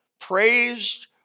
praised